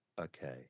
okay